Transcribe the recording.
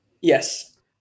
Yes